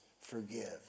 forgive